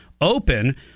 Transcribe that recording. open